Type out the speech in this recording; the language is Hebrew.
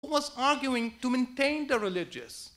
מי היה טוען לתחזק את הדתיים?